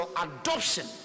adoption